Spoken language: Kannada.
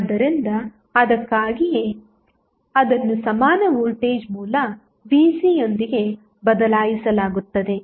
ಆದ್ದರಿಂದ ಅದಕ್ಕಾಗಿಯೇ ಅದನ್ನು ಸಮಾನ ವೋಲ್ಟೇಜ್ ಮೂಲ Vcಯೊಂದಿಗೆ ಬದಲಾಯಿಸಲಾಗುತ್ತದೆ